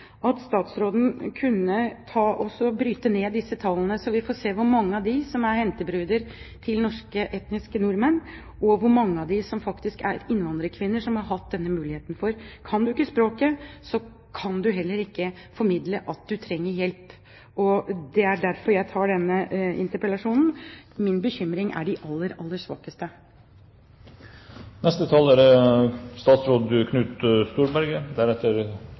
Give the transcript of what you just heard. at statsråden kunne bryte ned disse tallene, slik at vi får se hvor mange av kvinnene som er hentebruder til etniske nordmenn, og hvor mange av dem som er innvandrerkvinner, som har fått denne muligheten. Kan du ikke språket, kan du heller ikke formidle at du trenger hjelp. Det er derfor jeg tar opp denne interpellasjonen. Min bekymring er de aller, aller svakeste. Det er ikke noen tvil om at dette er